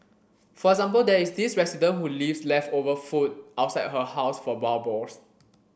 for example there is this resident who leaves leftover food outside her house for wild boars